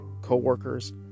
co-workers